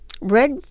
red